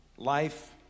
Life